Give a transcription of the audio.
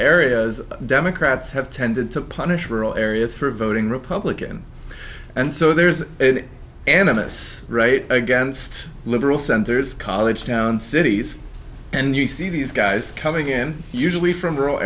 areas democrats have tended to punish rural areas for voting republican and so there's animists right against liberal centers college towns cities and you see these guys coming in usually from rural